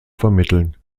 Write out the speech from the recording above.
vermitteln